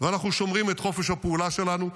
ואנחנו שומרים את חופש הפעולה שלנו,